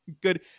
Good